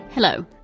Hello